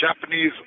Japanese